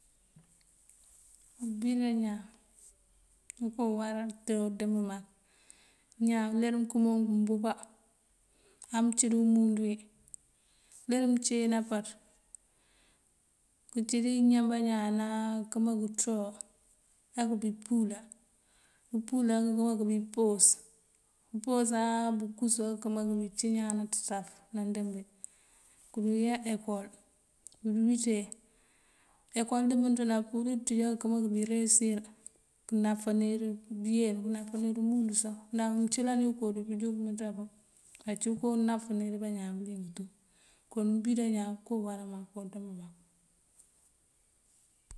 Ubida ñaan, uko wará te awu dëmb mak. Ñaan uler wí mënkëmook mbúka amëcí dí umundu wí uler wí cí nápaţ këcí dí iñan bañaan áa këma këţoo akëbí puula. Këpuula këma bípoos, këpoosáa bëkusu akëma këcí ñaan náţaf nandëmbi, këdu yá ekool këdu wíiţe. Ekool dëmënţ duŋ apurir pëţíju akëma bí reyësir kënáfánir bëyeenu kënáfánir umundu sá. Ndah mëncëlani ikool ţí pëjuk pëmënţa puŋ acíko wunáfánir wí bañaan bëliŋ tú. Kon ubida ñaan mak uko dëmb mak.